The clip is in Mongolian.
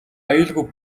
аюулгүй